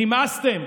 נמאסתם,